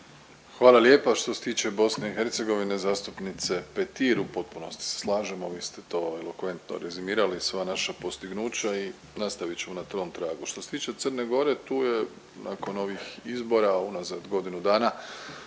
Hvala lijepa. Što se tiče BiH, zastupnice Petir, u potpunosti se slažemo, vi ste to elokventno rezimirali, sva naša postignuća i nastavit ćemo na tom tragu. Što se tiče Crne Gore, tu je nakon ovih izbora unazad godinu dana